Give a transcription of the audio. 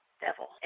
devil